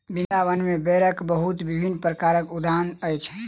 वृन्दावन में बेरक बहुत विभिन्न प्रकारक उद्यान अछि